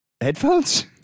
Headphones